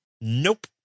Nope